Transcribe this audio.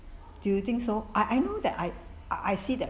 do you think so I I I know that I I see that